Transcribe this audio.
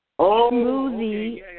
smoothie